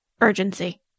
urgency